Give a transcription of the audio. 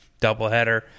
doubleheader